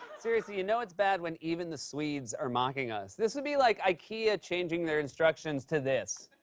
seriously, you know it's bad when even the swedes are mocking us. this would be like ikea changing their instructions to this.